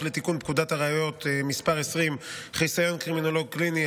לתיקון פקודת הראיות (מס' 20) (חיסיון קרימינולוג קליני),